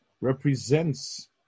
represents